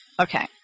Okay